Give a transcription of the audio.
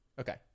Okay